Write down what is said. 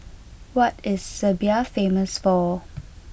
what is Serbia famous for